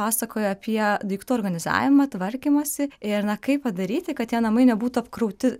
pasakoja apie daiktų organizavimą tvarkymąsi ir na kaip padaryti kad tie namai nebūtų apkrauti